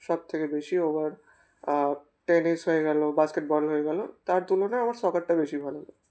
সবথেকে বেশি over tennis হয়ে গেল বাস্কেটবল হয়ে গেল তার তুলনায় আমার সকারটা বেশি ভালো লাগে